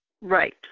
Right